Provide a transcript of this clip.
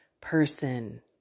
person